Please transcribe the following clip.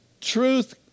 Truth